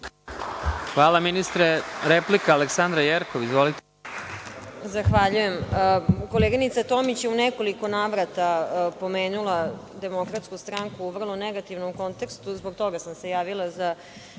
Hvala ministre. Replika, Aleksandra Jerkov. Izvolite.